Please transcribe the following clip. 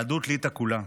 יהדות ליטא כולה.